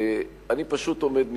אני פשוט עומד נדהם.